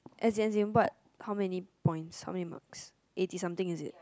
as in as in what how many points how many marks eighty something is it